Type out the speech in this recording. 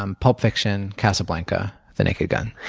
um pulp fiction, casablanca, the naked gun.